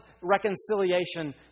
reconciliation